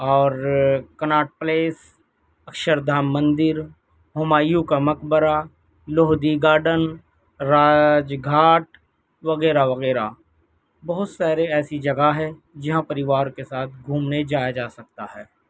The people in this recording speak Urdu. اور کناٹ پلیس اکشر دھام مندر ہمایوں کا مقبرہ لودھی گارڈن راج گھاٹ وغیرہ وغیرہ بہت سارے ایسی جگہ ہے جہاں پریوار کے ساتھ گھومنے جایا جا سکتا ہے